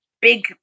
big